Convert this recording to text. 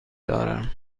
دارم